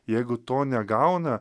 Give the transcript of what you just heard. jeigu to negauna